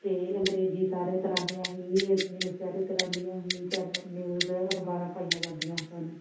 ਅਤੇ ਅੰਗਰੇਜ਼ੀ ਸਾਰੇ ਤਰ੍ਹਾਂ ਦੀਆਂ ਹੀ ਇੰਨੇ ਸਾਰੇ ਤਰ੍ਹਾਂ ਦੀਆਂ ਹੀ ਚੈਨਲ ਨਿਊਜ਼ ਅਖਬਾਰਾਂ ਪਾਈਆਂ ਜਾਂਦੀਆਂ ਸਨ